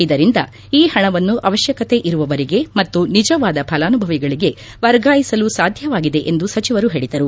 ಇದರಿಂದ ಈ ಹಣವನ್ನು ಅವಶ್ವಕತೆ ಇರುವವರಿಗೆ ಮತ್ತು ನಿಜವಾದ ಫಲಾನುಭವಿಗಳಿಗೆ ವರ್ಗಾಯಿಸಲು ಸಾಧ್ಯವಾಗಿದೆ ಎಂದು ಸಚಿವರು ಹೇಳಿದರು